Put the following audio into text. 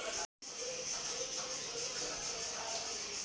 నా ఖాతా నుంచి ఎన్ని పైసలు పంపించచ్చు?